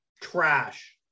trash